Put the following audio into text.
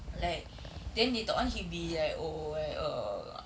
like then later on he'll be like oh like err